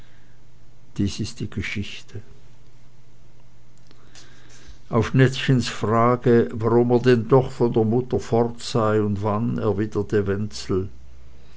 dies ist die geschichte auf nettchens frage warum er denn doch von der mutter fort sei und wann erwiderte wenzel